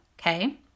Okay